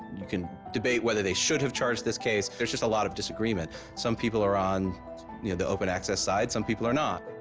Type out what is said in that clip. you can debate whether they should have charged this case. there is just a lot of disagreement. some people are on yeah open access side, some people are not.